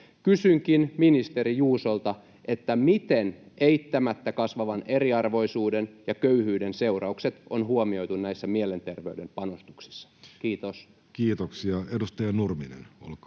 Kysynkin ministeri Juusolta: miten eittämättä kasvavan eriarvoisuuden ja köyhyyden seuraukset on huomioitu näissä mielenterveyden panostuksissa? — Kiitos. [Speech 284] Speaker: